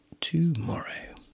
tomorrow